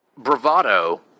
bravado